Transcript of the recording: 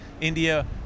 India